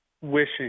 wishing